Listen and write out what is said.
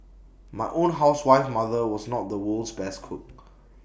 my own housewife mother was not the world's best cook